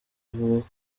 avuga